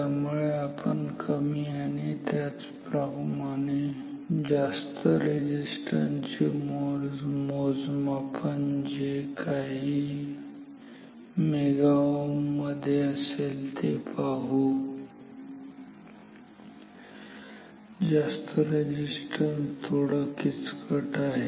त्यामुळे आपण कमी आणि त्याच प्रमाणे जास्त रेझिस्टन्स चे मोजमापन जे काही MΩ असेल ते पाहू जास्त रेझिस्टन्स थोडं किचकट आहे